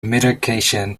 medication